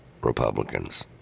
Republicans